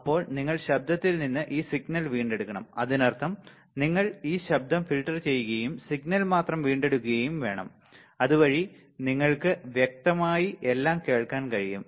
അപ്പോൾ നിങ്ങൾ ശബ്ദത്തിൽ നിന്ന് ഈ സിഗ്നൽ വീണ്ടെടുക്കണം അതിനർത്ഥം നിങ്ങൾ ഈ ശബ്ദം ഫിൽട്ടർ ചെയ്യുകയും സിഗ്നൽ മാത്രം വീണ്ടെടുക്കുകയും വേണം അതുവഴി നിങ്ങൾക്ക് വ്യക്തമായി എല്ലാം കേൾക്കാൻ കഴിയും